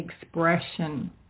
expression